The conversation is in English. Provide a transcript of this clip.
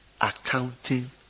accounting